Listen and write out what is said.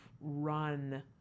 run